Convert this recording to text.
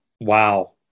wow